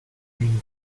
une